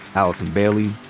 allison bailey,